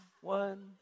one